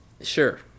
sure